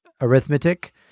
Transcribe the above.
arithmetic